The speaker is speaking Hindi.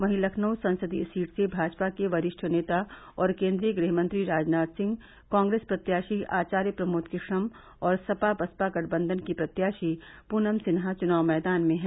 वहीं लखनऊ संसदीय सीट से भाजपा के वरिष्ठ नेता और केन्द्रीय गृहमंत्री राजनाथ सिंह कांग्रेस प्रत्याशी आचार्य प्रमोद कृष्णम और सपा बसपा गठबंधन की प्रत्याशी पूनम सिन्हा चुनाव मैदान में हैं